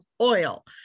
oil